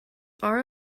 are